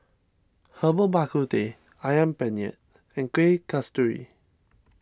Herbal Bak Ku Teh Ayam Penyet and Kueh Kasturi